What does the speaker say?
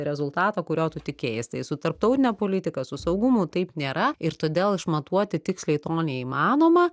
rezultatą kurio tu tikėjais tai su tarptautine politika su saugumu taip nėra ir todėl išmatuoti tiksliai to neįmanoma